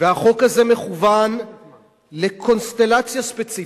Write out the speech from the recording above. שהחוק הזה מכוּון לקונסטלציה ספציפית,